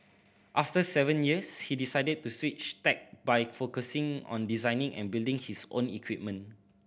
after seven years he decided to switch tack by focusing on designing and building his own equipment